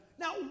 Now